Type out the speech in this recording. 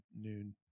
noon